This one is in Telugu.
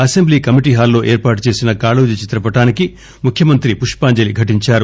అసెంబ్లీ కమిటీ హాల్లో ఏర్పాటు చేసిన కాళోజీ చిత్రపటానికి ముఖ్యమంత్రి పుష్పాంజలీ ఘటించారు